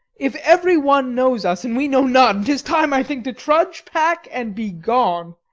if every one knows us, and we know none, tis time, i think, to trudge, pack and be gone.